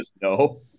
No